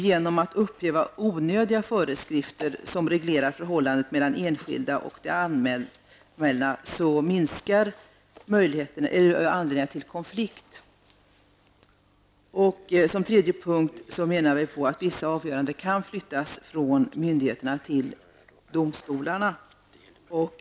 Genom att upphäva onödiga föreskrifter som reglerar förhållandet mellan den enskilde och det allmänna minskar anledningarna till konflikt. För det tredje menar vi att vissa avgöranden kan flyttas från myndigheterna till domstolarna.